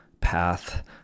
path